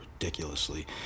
ridiculously